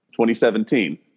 2017